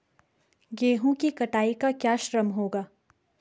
गेहूँ की कटाई का क्या श्रम होगा?